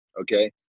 Okay